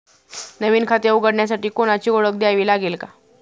नवीन खाते उघडण्यासाठी कोणाची ओळख द्यावी लागेल का?